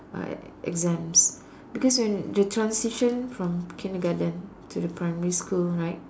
uh exams because when the transition from kindergarten to the primary school right